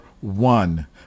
one